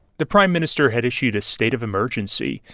the prime minister had issued a state of emergency,